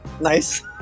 nice